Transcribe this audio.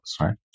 right